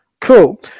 Cool